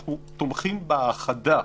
אנחנו תומכים בהאחדה.